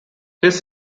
his